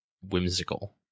whimsical